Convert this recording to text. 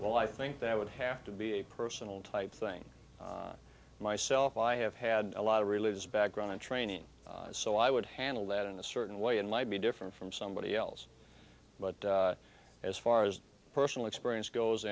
well i think that would have to be a personal type thing myself i have had a lot of religious background and training so i would handle that in a certain way and might be different from somebody else but as far as personal experience goes